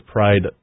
Pride